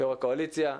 יו"ר הקואליציה,